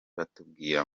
batubwira